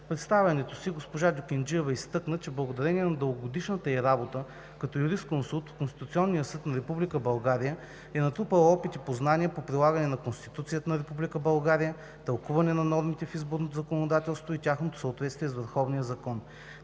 представянето си госпожа Дюкенджиева изтъкна, че благодарение на дългогодишната ѝ работа като юрисконсулт в Конституционния съд на Република България е натрупала опит и познания по прилагане на Конституцията на Република България, тълкуване на нормите в изборното законодателство и тяхното съответствие с върховния закон.